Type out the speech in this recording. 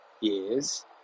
years